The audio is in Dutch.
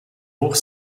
voor